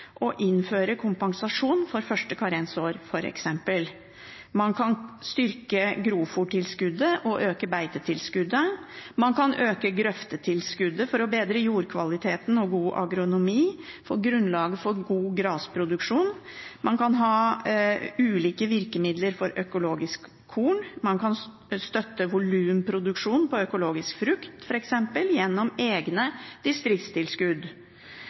og innføre kompensasjon for første karensår. Man kan styrke grovfôrtilskuddet og øke beitetilskuddet. Man kan øke grøftetilskuddet for å bedre jordkvaliteten og for god agronomi og få grunnlag for god grasproduksjon. Man kan ha ulike virkemidler for økologisk korn. Man kan støtte volumproduksjon på økologisk frukt, f.eks., gjennom egne distriktstilskudd.